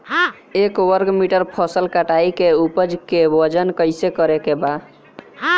एक वर्ग मीटर फसल कटाई के उपज के वजन कैसे करे के बा?